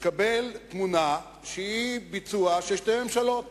מקבל תמונה שהיא ביצוע של שתי ממשלות